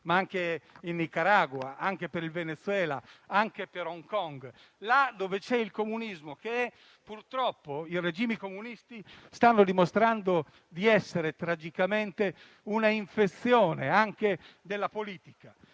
ma anche in Nicaragua e in Venezuela, così come ad Hong Kong. Là dove c'è il comunismo, purtroppo i regimi comunisti stanno dimostrando di essere una tragica infezione, anche della politica.